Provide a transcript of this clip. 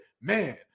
man